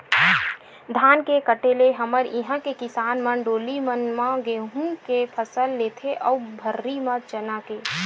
धान के कटे ले हमर इहाँ के किसान मन डोली मन म गहूँ के फसल लेथे अउ भर्री म चना के